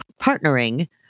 partnering